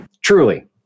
Truly